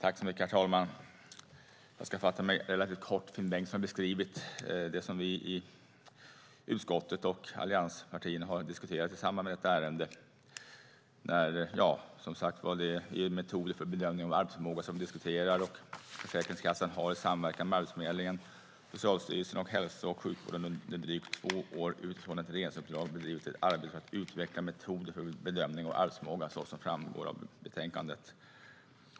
Herr talman! Jag ska fatta mig relativt kort. Finn Bengtsson har beskrivit det som vi i utskottet och allianspartierna har diskuterat i samband med detta ärende. Det är metoder för bedömning av arbetsförmåga vi diskuterar. Försäkringskassan har utifrån ett regeringsuppdrag och i samverkan med Arbetsförmedlingen, Socialstyrelsen och hälso och sjukvården under drygt två år bedrivit ett arbete för att utveckla metoder för bedömning av arbetsförmåga, såsom framgår av betänkandet.